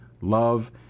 love